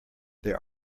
there